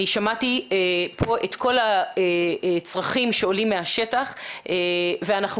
שמעתי פה את כל הצרכים שעולים מהשטח ואנחנו